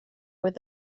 where